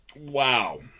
Wow